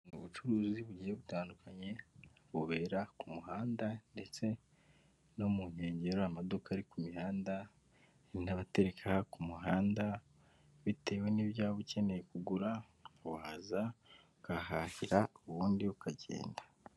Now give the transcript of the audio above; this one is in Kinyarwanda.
Ubucuruzi bugiye butandukanye bubera ku muhanda ndetse no mu nkengero amaduka ari ku mihanda n'abatereka ku muhanda bitewe n'ibyo waba ukeneye kugura waza ukahahahira ubundi ukagenda.